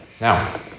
Now